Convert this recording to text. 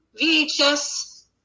VHS